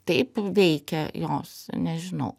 taip veikia jos nežinau